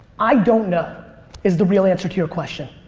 i don't know is the real answer to your question.